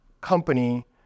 company